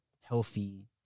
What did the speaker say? healthy